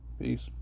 Peace